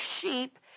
sheep